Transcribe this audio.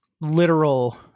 literal